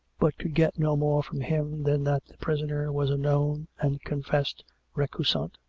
but could get no more from him than that the prisoner was a known and confessed recusant,